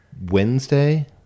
Wednesday